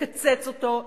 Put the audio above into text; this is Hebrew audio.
לקצץ אותו,